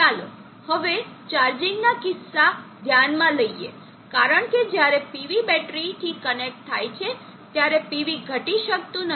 ચાલો હવે ચાર્જિંગના કિસ્સા ધ્યાનમાં લઈએ કારણ કે જ્યારે PV બેટરીથી કનેક્ટ થાય છે ત્યારે PV ઘટી શકતું નથી